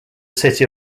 city